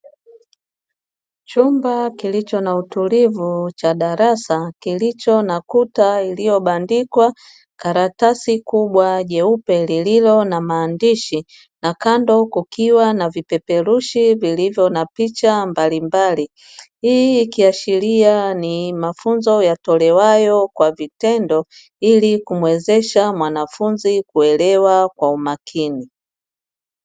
Chumba kilicho na utulivu cha darasa kilicho na kuta iliyobandikwa karatasi kubwa jeupe lililo na maandishi na kando kukiwa na vipeperushi vilivyo na picha mbalimbali. Hii ikiashiria ni mafunzo yatolewayo kwa vitendo ili kumwezesha mwanafunzi kuelewa kwa umakini